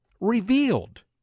revealed